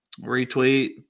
retweet